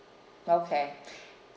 okay